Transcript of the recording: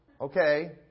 Okay